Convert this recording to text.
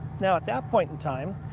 now at that point in time,